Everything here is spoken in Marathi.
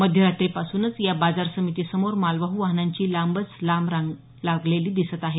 मध्यरात्रीपासूनच या बाजार समिती समोर मालवाहू वाहनांची लांबच लांब रांग लागलेली दिसत आहे